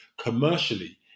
commercially